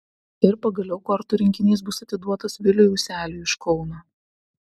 ir pagaliau kortų rinkinys bus atiduotas viliui useliui iš kauno